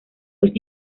los